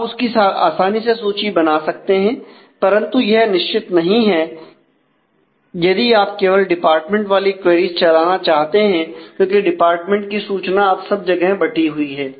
आप उसकी आसानी से सूची बना सकते हैं परंतु यह निश्चित नहीं है यदि आप केवल डिपार्टमेंट वाली क्वेरीज चलाना चाहते हैं क्योंकि डिपार्टमेंट की सूचना अब सब जगह बंटी हुई है